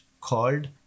called